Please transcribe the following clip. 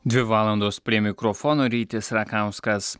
dvi valandos prie mikrofono rytis rakauskas